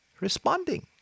responding